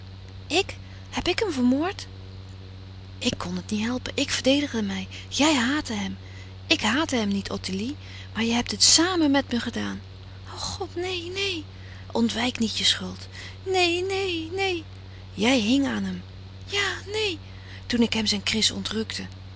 ik heb ik hem vermoord ik kon het niet helpen ik verdedigde mij jij haatte hem ik haatte hem niet ottilie maar je hebt het sàmen met me gedaan o god neen neen ontwijk niet je schuld neen neen neen jij hing aan hem ja neen toen ik hem zijn kris